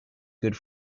good